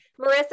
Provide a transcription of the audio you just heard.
Marissa